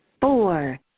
Four